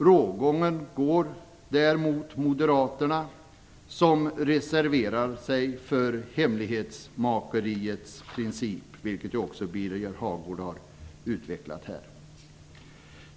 Rågången går där mot Moderaterna, som reserverar sig för hemlighetsmakeriets princip, vilket också Birger Hagård har utvecklat här.